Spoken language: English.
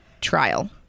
trial